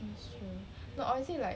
that's true no or is it like